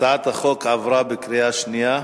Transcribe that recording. הצעת החוק עברה בקריאה שנייה.